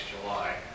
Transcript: July